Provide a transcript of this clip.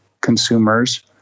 consumers